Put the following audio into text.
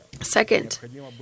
Second